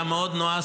אחורה וקדימה.